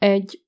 Egy